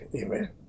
Amen